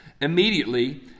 immediately